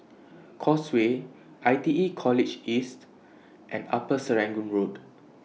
Causeway I T E College East and Upper Serangoon Road